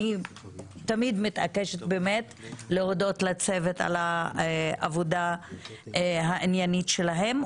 תמיד מתעקשת באמת להודות לצוות על העבודה העניינית שלהם.